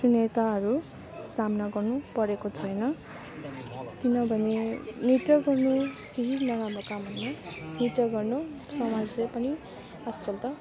चुनौतीहरू सामना गर्नुपरेको छैन किनभने नृत्य गर्नु केही नराम्रो काम होइन नृत्य गर्नु समाजले पनि आजकल त